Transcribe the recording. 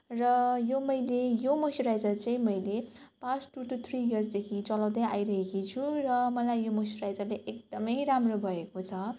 र यो मैले यो मोइस्चराइजर चाहिँ मैले पास्ट टु टु थ्री इयर्सदेखि चलाउँदै आइरहेकी छु र मलाई यो मोइस्चराइजरले एकदम राम्रो भएको छ